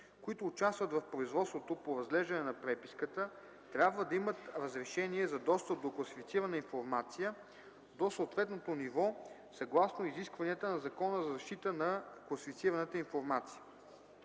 които участват в производството по разглеждане на преписката, трябва да имат разрешение за достъп до класифицирана информация до съответното ниво, съгласно изискванията на Закона за защита на класифицираната информация.”